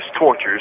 tortures